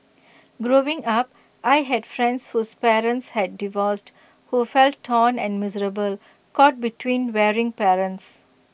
growing up I had friends whose parents had divorced who felt torn and miserable caught between warring parents